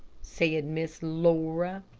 said miss laura.